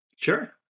Sure